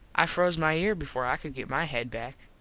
i froze my ear before i could get my head back.